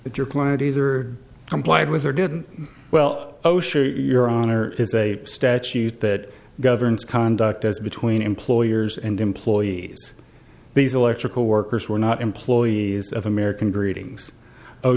that your client either complied with or didn't well oh sure you're honor is a statute that governs conduct as between employers and employees these electrical workers were not employees of american greetings o